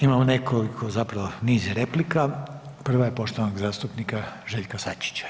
Imamo nekoliko zapravo niz replika, prva je poštovanog zastupnika Željka Sačića.